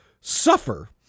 suffer